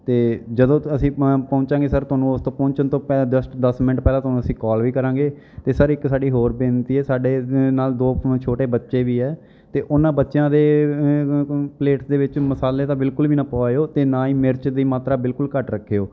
ਅਤੇ ਜਦੋਂ ਅਸੀਂ ਪਹੁੰਚਾਂਗੇ ਸਰ ਤੁਹਾਨੂੰ ਉਸ ਤੋਂ ਪਹੁੰਚਣ ਤੋਂ ਪਹਿਲਾਂ ਦਸ ਦਸ ਮਿੰਟ ਪਹਿਲਾਂ ਤੁਹਾਨੂੰ ਅਸੀਂ ਕਾਲ ਵੀ ਕਰਾਂਗੇ ਅਤੇ ਸਰ ਇੱਕ ਸਾਡੀ ਹੋਰ ਬੇਨਤੀ ਹੈ ਸਾਡੇ ਨਾਲ ਦੋ ਛੋਟੇ ਬੱਚੇ ਵੀ ਹੈ ਅਤੇ ਉਹਨਾਂ ਬੱਚਿਆਂ ਦੇ ਪਲੇਟ ਦੇ ਵਿੱਚ ਮਸਾਲੇ ਤਾਂ ਬਿਲਕੁਲ ਵੀ ਨਾ ਪਵਾਇਓ ਅਤੇ ਨਾ ਹੀ ਮਿਰਚ ਦੀ ਮਾਤਰਾ ਬਿਲਕੁਲ ਘੱਟ ਰੱਖਿਓ